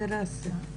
לממשלה.